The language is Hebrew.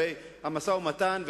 הרי המשא-ומתן,